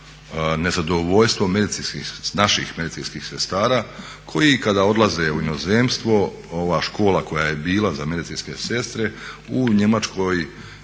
nezadovoljstvo naših medicinskih sestara koji kada odlaze u inozemstvo ova škola koja je bila za medicinske sestre u Njemačkoj